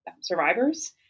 survivors